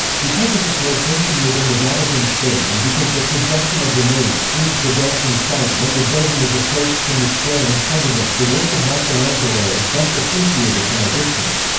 because of its location within the vatican state and because the projection of the nave screens the dome from sight when the building is approached from the square in front of it, the work of michelangelo is best appreciated from a distance.